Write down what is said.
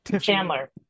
Chandler